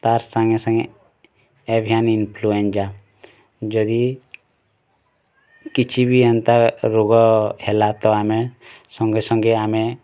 ତା ସାଙ୍ଗେସାଙ୍ଗେ avian influenza ଯଦି କିଛି ଭି ଅନ୍ତା ରୋଗ ହେଲା ତ ଆମେ ସଙ୍ଗେ ସଙ୍ଗେ ଆମେ